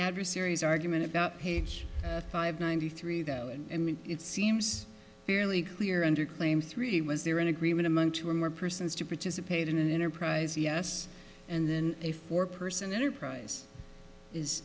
adversaries argument about page five ninety three though and it seems fairly clear and your claim three was there an agreement among two or more persons to participate in an enterprise yes and then a four person enterprise